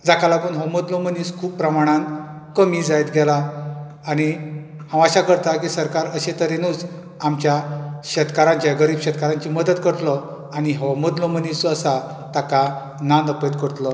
जाका लागून हो मदलो मनीस खूब प्रमाणांत कमी जायत गेला आनी हांव आशा करता की सरकार अशें तरेनूच आमच्या शेतकाराक जे गरीब शेतकारांची मदत करतलो आनी हो मदलो मनीस जो आसा ताका ना नपयत करतलो